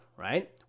right